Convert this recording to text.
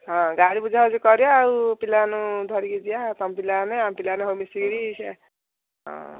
ହଁ ଗାଡ଼ି ବୁଝାବୁଝି କରିବା ଆଉ ପିଲାମାନେଙ୍କୁ ଧରିକି ଯିବା ତମ ପିଲାମାନେେ ଆମ ପିଲାମାନେ ସବୁ ମିଶିକିରି ସେ ହଁ